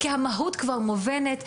כי המהות מובנת,